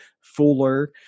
Fuller